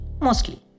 mostly